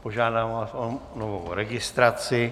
Požádám vás o novou registraci.